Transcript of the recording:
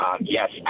yes